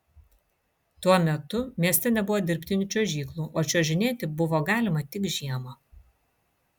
tuo metu mieste nebuvo dirbtinų čiuožyklų o čiuožinėti buvo galima tik žiemą